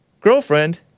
girlfriend